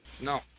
No